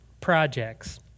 projects